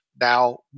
now